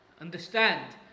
understand